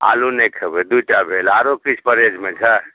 आलू नहि खयबै दुइटा भेल आरो किछु परहेजमे छै